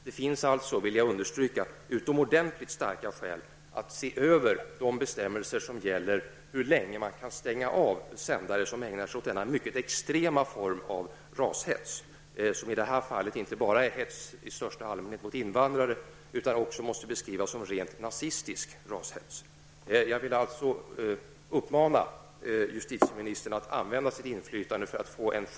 Det finns, vill jag understryka, utomordentligt starka skäl att se över de bestämmelser som gäller hur länge man skall stänga av sändare som ägnar sig åt denna mycket extrema form av rashets, som i det här fallet inte bara är hets mot invandrare i största allmänhet utan också måste beskrivas som rent nazistisk rashets.